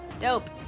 Dope